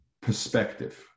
perspective